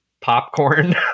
popcorn